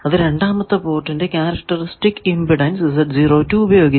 അത് രണ്ടാമത്തെ പോർട്ടിന്റെ ക്യാരക്ടറിസ്റ്റിക് ഇമ്പിഡൻസ് ഉപയോഗിച്ചാണ്